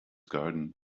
garden